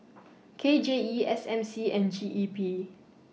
K J E S M C and G E P